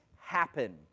happen